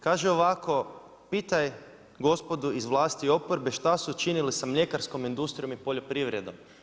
Kaže ovako, pitaj gospodu iz vlasti i oporbe, što su učinili sa mljekarskoj industrijom i poljoprivredom.